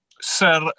Sir